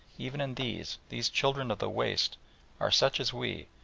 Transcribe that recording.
even in these, these children of the waste are such as we,